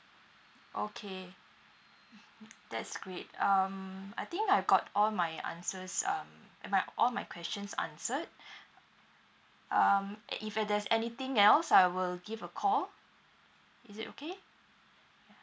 okay that's great um I think I've got all my answers um my all my questions answered um uh if there's anything else I will give a call is it okay